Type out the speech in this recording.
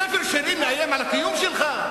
ספר שירים מאיים על הקיום שלך?